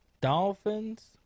Dolphins